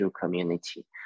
community